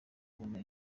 kubona